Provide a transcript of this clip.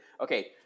Okay